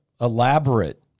elaborate